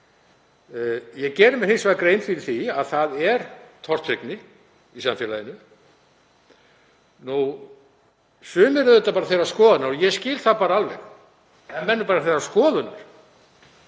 Ég geri mér hins vegar grein fyrir því að það er tortryggni í samfélaginu. Sumir eru auðvitað bara þeirrar skoðunar, og ég skil það alveg ef menn eru þeirrar skoðunar,